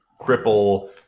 cripple